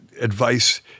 advice